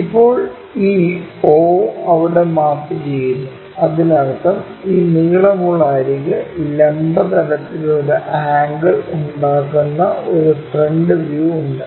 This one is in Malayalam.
ഇപ്പോൾ ഈ o അവിടെ മാപ്പുചെയ്യുന്നു അതിനർത്ഥം ഈ നീളമുള്ള അരിക് ലംബ തലത്തിൽ ഒരു ആംഗിൾ ഉണ്ടാക്കുന്ന ഒരു ഫ്രണ്ട് വ്യൂ ഉണ്ട്